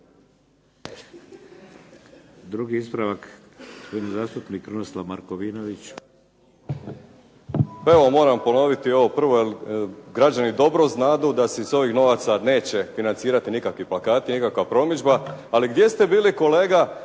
**Markovinović, Krunoslav (HDZ)** Pa evo moram ponoviti ovo prvo, jer građani dobro znaju da se iz ovih novaca neće financirati nikakvi plakati, nikakva promidžba. Ali gdje ste bili kolega